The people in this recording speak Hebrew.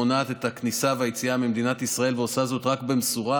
מונעת את הכניסה והיציאה ממדינת ישראל ועושה זאת רק במשורה,